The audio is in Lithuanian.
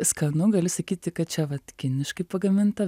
skanu gali sakyti kad čia vat kiniškai pagaminta